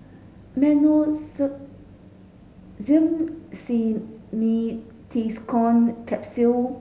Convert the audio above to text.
Simeticone Capsules